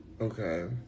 Okay